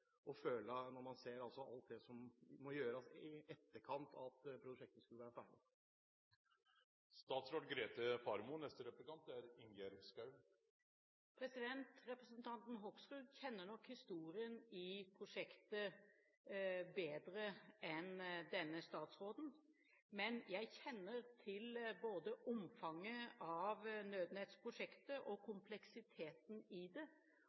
å føle når man ser alt som må gjøres i etterkant av at prosjektet skulle vært ferdig? Representanten Hoksrud kjenner nok historien til prosjektet bedre enn denne statsråden, men jeg kjenner til både omfanget av Nødnett-prosjektet og kompleksiteten i det.